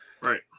Right